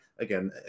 again